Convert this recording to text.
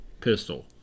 Pistol